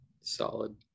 Solid